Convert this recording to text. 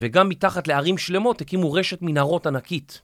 וגם מתחת לערים שלמות הקימו רשת מנהרות ענקית.